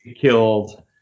killed